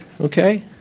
okay